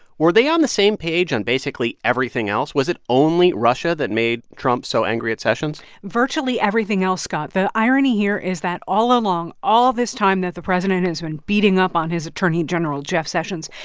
were they on the same page on basically everything else? was it only russia that made trump so angry at sessions? virtually everything else, scott. the irony here is that, all along, all this time that the president has been beating up on his attorney general, jeff sessions,